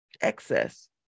excess